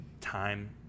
time